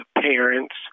parents